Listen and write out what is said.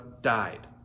died